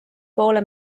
poole